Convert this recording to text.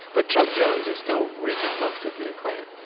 but chuck jones is still reaping most of the acclaim.